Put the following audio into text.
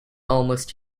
almost